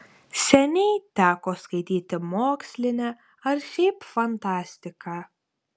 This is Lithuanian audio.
seniai teko skaityti mokslinę ar šiaip fantastiką